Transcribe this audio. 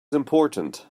important